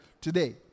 today